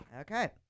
Okay